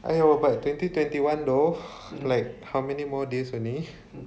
!aiyo! but twenty twenty one though like how many more days only